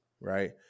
Right